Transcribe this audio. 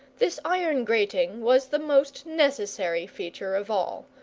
this iron grating was the most necessary feature of all,